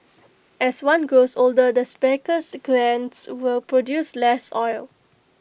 as one grows older the sebaceous glands will produce less oil